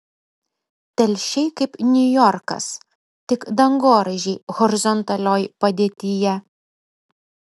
telšiai kaip niujorkas tik dangoraižiai horizontalioj padėtyje